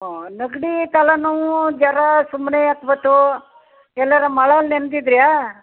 ಓಹ್ ನೆಗಡಿ ತಲೆನೋವು ಜರ ಸುಮ್ಮನೆ ಯಾಕೆ ಬಂತು ಎಲ್ಲಾರ ಮಳೆಲ್ ನೆನ್ದಿದ್ರಾ